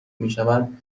میشود